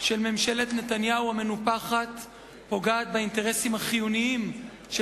של ממשלת נתניהו המנופחת פוגעת באינטרסים החיוניים של